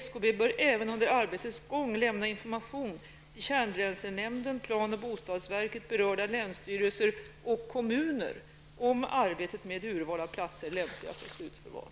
SKB bör även under arbetets gång lämna information till kärnbränslenämnden, plan och bostadsverket, berörda länsstyrelser och kommuner om arbetet med urval av platser lämpliga för slutförvar.''